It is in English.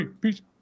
Peace